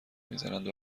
میزنند